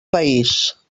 país